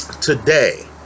Today